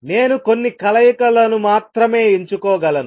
నేను కొన్ని కలయికలను మాత్రమే ఎంచుకోగలను